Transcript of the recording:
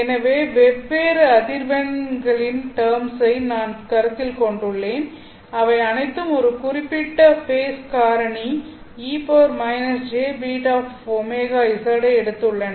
எனவே வெவ்வேறு அதிர்வெண்களின் டேர்ம்ஸ் ஐ நான் கருத்தில் கொண்டுள்ளேன் அவை அனைத்தும் ஒரு குறிப்பிட்ட ஃபேஸ் காரணி e-jβωz ஐ எடுத்துள்ளன